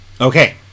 okay